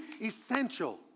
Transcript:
essential